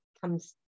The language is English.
comes